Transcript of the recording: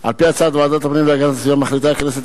על-פי הצעת ועדת הפנים והגנת הסביבה מחליטה הכנסת,